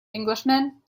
englishman